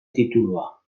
titulua